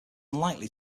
unlikely